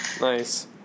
Nice